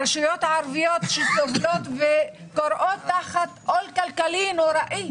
הרשויות הערביות כורעות תחת עול כלכלי נוראי.